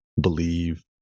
believe